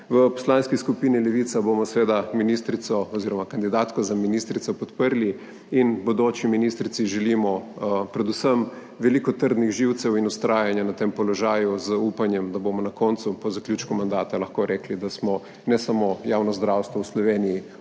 V Poslanski skupini Levica bomo seveda ministrico oziroma kandidatko za ministrico podprli in bodoči ministrici želimo predvsem veliko trdnih živcev in vztrajanja na tem položaju z upanjem, da bomo na koncu po zaključku mandata lahko rekli, da smo ne samo javno zdravstvo v Sloveniji